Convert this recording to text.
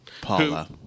Paula